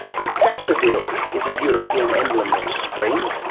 the daffodil is a european emblem of spring,